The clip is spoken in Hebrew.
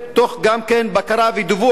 תוך בקרה ודיווח